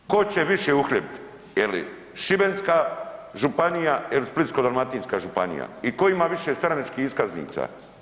Tko će više uhljebiti je li Šibenska županija, je li Splitsko-dalmatinska županija i tko ima više stranačkih iskaznica.